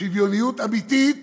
שוויוניות אמיתית